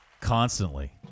constantly